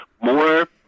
More